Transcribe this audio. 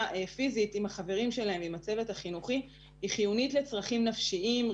פיזית עם החברים שלהם ועם הצוות החינוכי היא חיונית לצרכים נפשיים,